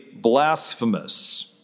Blasphemous